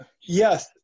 Yes